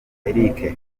eric